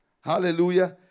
Hallelujah